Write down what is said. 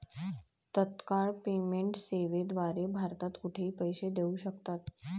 तत्काळ पेमेंट सेवेद्वारे भारतात कुठेही पैसे देऊ शकतात